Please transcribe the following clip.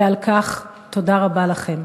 ועל כך תודה רבה לכם,